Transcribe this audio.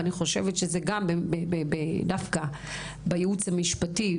ואני חושבת שזה גם דווקא בייעוץ המשפטי,